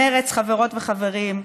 מרצ, חברות וחברים,